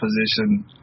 position